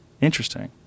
interesting